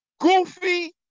Goofy